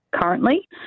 currently